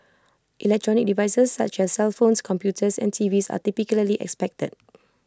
electronic devices such as cellphones computers and TVs are typically expected